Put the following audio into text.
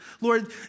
Lord